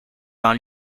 dans